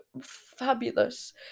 fabulous